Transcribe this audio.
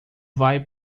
vai